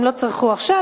הם לא צרכו עכשיו,